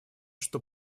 что